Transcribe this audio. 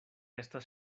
estas